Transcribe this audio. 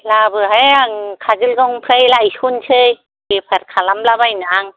लाबोहाय आं काजलगावनिफ्राय लायस'नोसै बेफार खालामलाबायनो हां